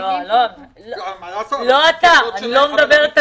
--- לא אתה, אני לא מדברת עליך.